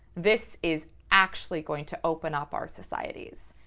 this is actually going to open up our societies.